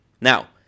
Now